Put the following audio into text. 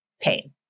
pain